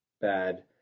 bad